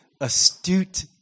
astute